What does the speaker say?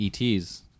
ETs